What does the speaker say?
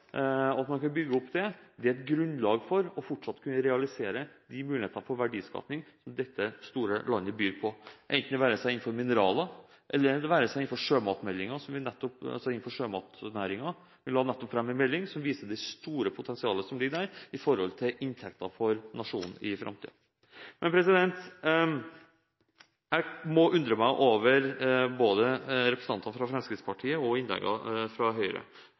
er et grunnlag for fortsatt å kunne realisere de mulighetene for verdiskaping som dette store landet byr på. Dette gjelder enten det dreier seg om mineraler eller om sjømat – som vi nettopp la fram en melding om – og som viser det store potensialet som er her med hensyn til nasjonens framtidige inntekter. Jeg undrer meg over innleggene fra representanter fra Fremskrittspartiet, og fra Høyre,